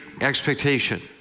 expectation